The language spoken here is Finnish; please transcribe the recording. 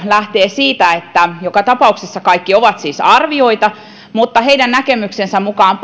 lähtee siitä että joka tapauksessa kaikki ovat siis arvioita mutta heidän näkemyksensä mukaan